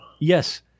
Yes